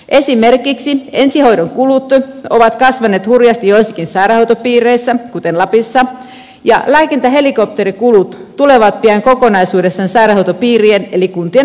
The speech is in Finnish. esimerkiksi ensihoidon kulut ovat kasvaneet hurjasti joissakin sairaanhoitopiireissä kuten lapissa ja lääkintähelikopterikulut tulevat pian kokonaisuudessaan sairaanhoitopiirien eli kuntien maksettavaksi